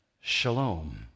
Shalom